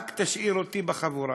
רק תשאיר אותי בחבורה.